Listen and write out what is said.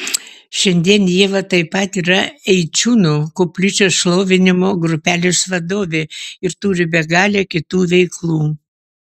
šiandien ieva taip pat yra eičiūnų koplyčios šlovinimo grupelės vadovė ir turi begalę kitų veiklų